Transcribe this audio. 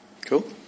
Cool